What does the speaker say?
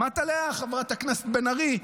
שמעת עליה, חברת הכנסת בן ארי?